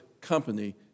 company